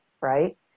right